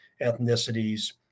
ethnicities